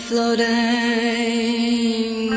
Floating